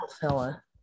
fella